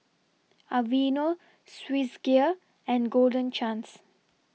Aveeno Swissgear and Golden Chance